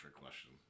question